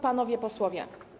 Panowie Posłowie!